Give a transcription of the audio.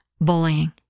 bullying